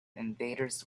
invaders